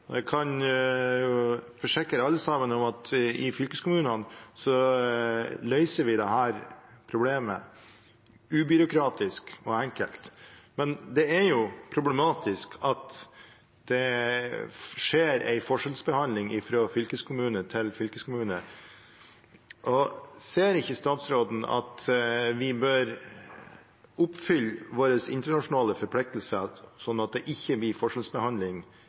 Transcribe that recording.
jeg kan forsikre alle sammen om at i fylkeskommunene løser vi dette problemet ubyråkratisk og enkelt. Men det er problematisk at det skjer en forskjellsbehandling fra fylkeskommune til fylkeskommune. Ser ikke statsråden at vi bør oppfylle våre internasjonale forpliktelser, sånn at det ikke blir forskjellsbehandling